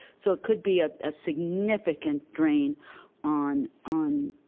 so it could be a ah significant drain on on